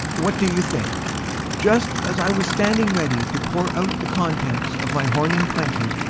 what do you think just as i was standing ready to pour out the contents of my horn in plenty,